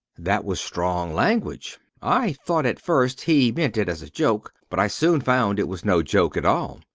that was strong language. i thought, at first, he meant it as a joke but i soon found it was no joke at all.